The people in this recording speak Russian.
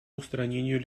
устранению